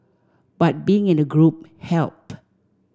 but being in a group helped